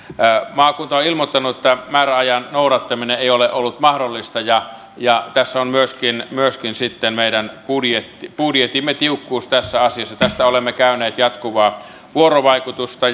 maakunta on ilmoittanut että määrärajan noudattaminen ei ole ollut mahdollista ja ja tässä on myöskin myöskin sitten meidän budjettimme budjettimme tiukkuus tässä asiassa tästä olemme käyneet jatkuvaa vuorovaikutusta